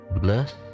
Bless